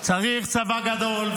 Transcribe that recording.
צריך צבא גדול,